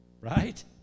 right